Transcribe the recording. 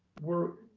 we're,